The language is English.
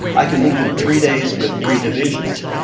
i can move in three days with three divisions.